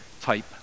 type